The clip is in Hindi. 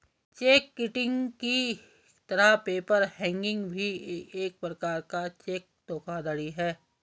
चेक किटिंग की तरह पेपर हैंगिंग भी एक प्रकार का चेक धोखाधड़ी है